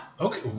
Okay